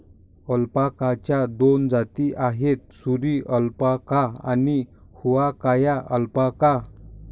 अल्पाकाच्या दोन जाती आहेत, सुरी अल्पाका आणि हुआकाया अल्पाका